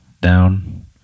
down